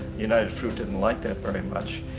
united fruit didn't like that very much.